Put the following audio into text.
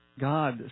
God